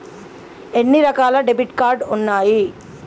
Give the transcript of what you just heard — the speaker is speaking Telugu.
ఎన్ని రకాల డెబిట్ కార్డు ఉన్నాయి?